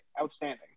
outstanding